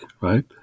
right